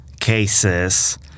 cases